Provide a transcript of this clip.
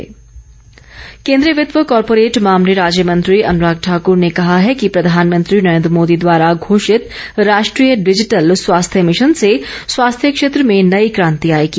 अनुराग ठाकुर केन्द्रीय वित्त व कॉरपोरेट मामले राज्य मंत्री अनुराग ठाकूर ने कहा है कि प्रधानमंत्री नरेन्द्र मोदी द्वारा घोषित राष्ट्रीय डिजिटल स्वास्थ्य मिशन से स्वास्थ्य क्षेत्र में नई क्रांति आएगी